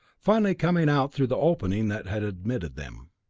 finally coming out through the opening that had admitted them.